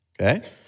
Okay